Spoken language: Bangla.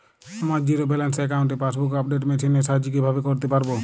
আমার জিরো ব্যালেন্স অ্যাকাউন্টে পাসবুক আপডেট মেশিন এর সাহায্যে কীভাবে করতে পারব?